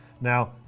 Now